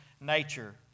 nature